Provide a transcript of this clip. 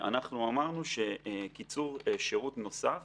אנחנו אמרנו שקיצור שירות נוסף